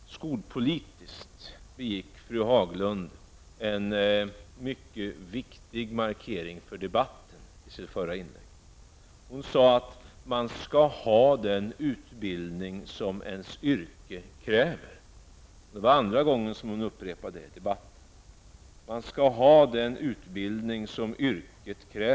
Skolpolitiskt begick fru Haglund en mycket viktig markering för debatten i sitt förra inlägg. Hon sade att man skall ha den utbildning som ens yrke kräver. Det var andra gången som hon sade detta i debatten.